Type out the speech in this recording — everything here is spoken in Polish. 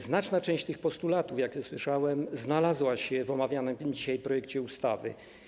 Znaczna część tych postulatów, jak słyszałem, znalazła się w omawianym dzisiaj projekcie ustawy.